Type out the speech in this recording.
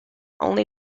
only